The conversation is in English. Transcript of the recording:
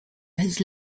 his